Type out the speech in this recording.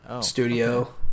studio